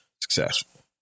successful